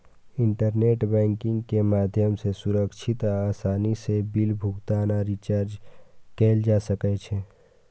internet banking के माध्यम सं सुरक्षित आ आसानी सं बिल भुगतान आ रिचार्ज कैल जा सकै छै